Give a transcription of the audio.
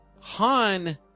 Han